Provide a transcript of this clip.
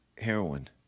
heroin